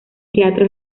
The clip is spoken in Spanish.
teatro